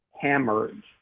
Hammered